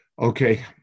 Okay